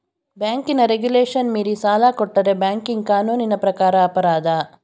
ಬ್ಯಾಂಕಿನ ರೆಗುಲೇಶನ್ ಮೀರಿ ಸಾಲ ಕೊಟ್ಟರೆ ಬ್ಯಾಂಕಿಂಗ್ ಕಾನೂನಿನ ಪ್ರಕಾರ ಅಪರಾಧ